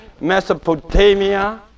Mesopotamia